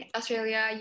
Australia